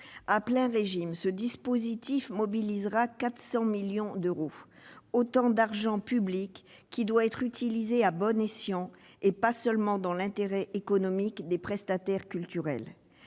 À plein régime, ce dispositif mobilisera 400 millions d'euros ; c'est autant d'argent public qui doit être utilisé à bon escient, et pas seulement dans l'intérêt économique des prestataires culturels.